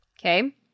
Okay